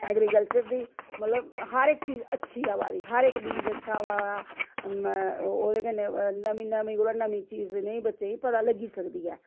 agriculture दी मतलब हर इक चीज अच्छी आवा दी हर इक बीज अच्छा आवा दा ओह्दे कन्नै नमीं नमीं कोलां नमीं चीज इ'नेंगी बच्चें गी पता लग्गी सकदी ऐ